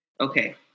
Okay